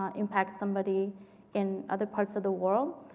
um impacts somebody in other parts of the world.